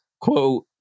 Quote